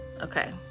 okay